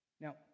Now